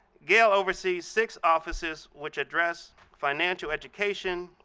gail oversees six offices which address financial education,